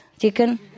chicken